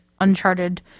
uncharted